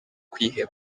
kwiheba